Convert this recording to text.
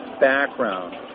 background